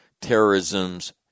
terrorism's